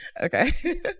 Okay